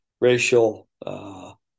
racial